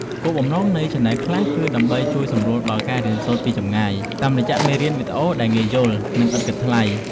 គោលបំណងនៃឆានែលខ្លះគឺដើម្បីជួយសម្រួលដល់ការរៀនសូត្រពីចម្ងាយតាមរយៈមេរៀនវីដេអូដែលងាយយល់ និងឥតគិតថ្លៃ។